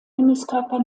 himmelskörper